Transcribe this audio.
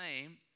name